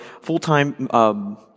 full-time